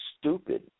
stupid